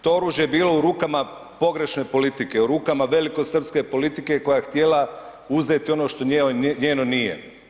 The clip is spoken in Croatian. To oružje je bilo u rukama pogrešne politike, u rukama velikosrpske politike koja je htjela uzeti ono što njeno nije.